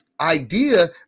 idea